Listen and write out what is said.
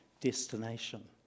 destination